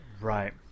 right